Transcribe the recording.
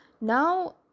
Now